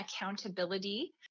accountability